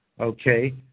Okay